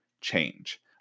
change